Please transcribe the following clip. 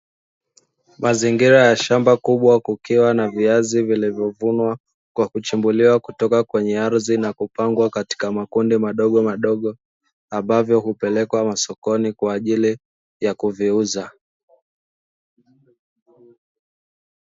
Mazingira ya shamba kubwa kukiwa na viazi vilivyovunwa kwa kuchimbuliwa kutoka kwenye ardhi na kupangwa katika makundi madogomadogo, ambavyo hupelekwa masokoni kwa ajili ya kuviuza.